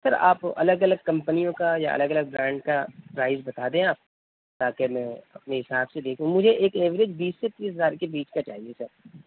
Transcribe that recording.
سر آپ الگ الگ کمپنیوں کا یا الگ الگ برانڈ کا پرائز بتا دیں آپ تاکہ میں اپنے حساب سے دیکھو مجھے ایک ایوریج بیس سے تیس ہزار کے بیچ کا چاہیے سر